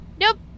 Nope